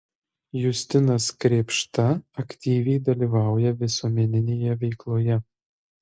justinas krėpšta aktyviai dalyvauja visuomeninėje veikloje